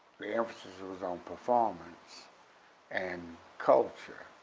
the emphasis was on performance and culture,